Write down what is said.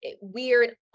weird